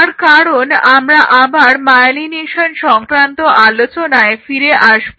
তার কারণ আমরা আবার মায়োলিনেশন সংক্রান্ত আলোচনায় ফিরে আসব